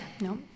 No